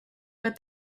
but